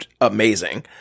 amazing